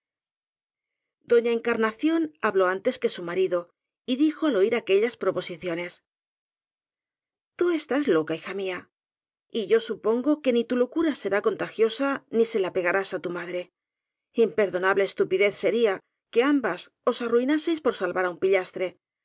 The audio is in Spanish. doña encarnación habló antes que su marido y dijo al oir aquellas proposiciones t ú estás loca hija mía y yo supongo que ni tu locura será contagiosa ni se la pegarás á tu ma dre imperdonable estupidez sería que ambas os arruináseis por salvar á un pillastre